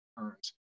earns